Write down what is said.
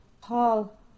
Paul